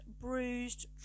bruised